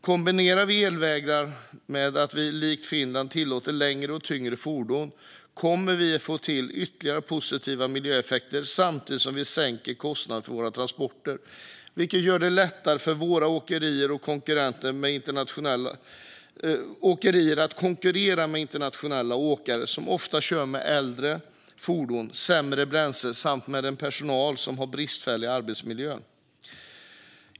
Kombinerar vi elvägar med att vi likt Finland tillåter längre och tyngre fordon kommer vi att få till ytterligare positiva miljöeffekter samtidigt som vi sänker kostnaden för våra transporter, vilket gör det lättare för våra åkerier att konkurrera med internationella åkare som ofta kör med äldre fordon med sämre bränsle samt med personal som har bristfällig arbetsmiljö.